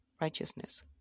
Righteousness